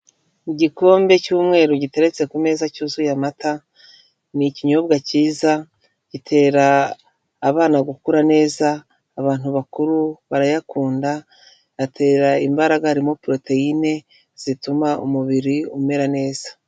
Igikombe cy'umweru giteretse ku meza cyuzuye amata, ni ikinyobwa cyiza, gitera abana gukura neza, abantu bakuru barayakunda, atera imbaraga harimo poroteyine zituma umubiri umera neza.